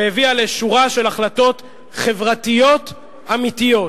והביאה לשורה של החלטות חברתיות אמיתיות,